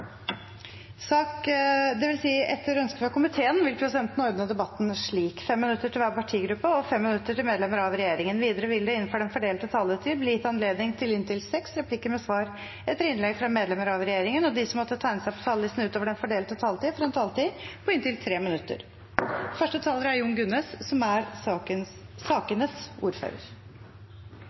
Etter ønske fra komiteen vil presidenten ordne debatten slik: 5 minutter til hver partigruppe og 5 minutter til medlemmer av regjeringen. Videre vil det – innenfor den fordelte taletid – bli gitt anledning til inntil seks replikker med svar etter innlegg fra medlemmer av regjeringen, og de som måtte tegne seg på talerlisten utover den fordelte taletid, får en taletid på inntil 3 minutter.